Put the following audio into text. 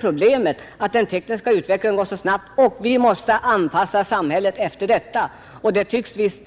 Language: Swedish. Problemet är ju att den tekniska utvecklingen går så snabbt att vi måste anpassa samhället därefter.